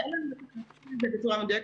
אין לנו את הנתון הזה בצורה מדויקת.